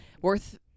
Worth